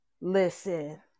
listen